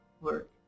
work